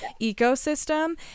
ecosystem